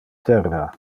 terra